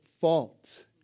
fault